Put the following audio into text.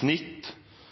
enn